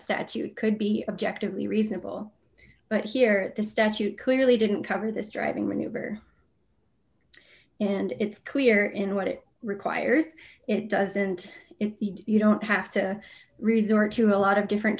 statute could be objectively reasonable but here at the statute clearly didn't cover this driving maneuver and it's clear in what it requires it doesn't it you don't have to resort to a lot of different